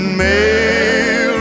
mail